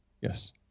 Yes